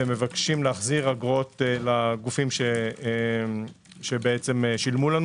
ומבקשים להחזיר אגרות לגופים ששילמו לנו